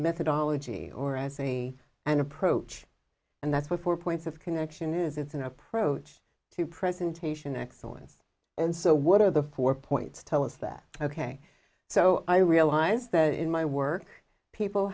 methodology or as a an approach and that's what four points of connection is it's an approach to presentation excellence and so what are the four points tell us that ok so i realize that in my work people